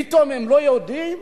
פתאום הם לא יודעים?